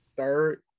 third